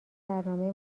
برنامه